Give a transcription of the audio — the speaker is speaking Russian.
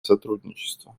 сотрудничество